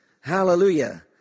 Hallelujah